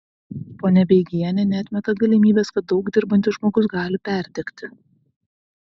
ponia beigienė neatmeta galimybės kad daug dirbantis žmogus gali perdegti